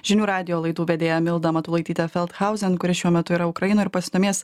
žinių radijo laidų vedėja milda matulaityte feldhausen kuri šiuo metu yra ukrainoj ir pasidomės